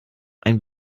ein